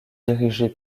dirigée